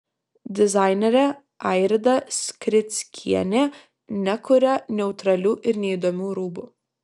dizainerė airida skrickienė nekuria neutralių ir neįdomių rūbų